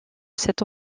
cette